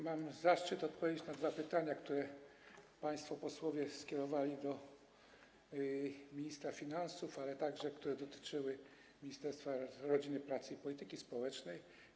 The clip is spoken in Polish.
Mam zaszczyt odpowiedzieć na dwa pytania, które państwo posłowie skierowali do ministra finansów, ale które także dotyczyły Ministerstwa Rodziny, Pracy i Polityki Społecznej.